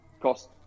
cost